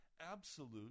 absolute